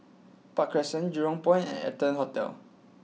Park Crescent Jurong Point and Arton Hotel